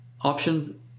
option